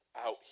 out